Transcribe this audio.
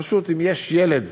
פשוט, אם יש ילד